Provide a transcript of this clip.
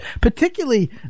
particularly